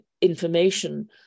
information